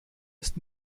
ist